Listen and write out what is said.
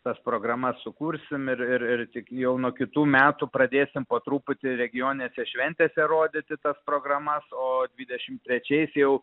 tas programas sukursim ir ir ir tik jau nuo kitų metų pradėsim po truputį regioninėse šventėse rodyti tas programas o dvidešim trečiais jau